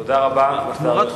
תודה רבה לשר גלעד ארדן.